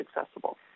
accessible